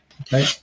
Okay